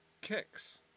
Kicks